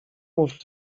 mów